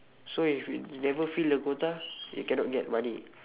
so if you never fill the quota you cannot get money